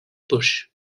bush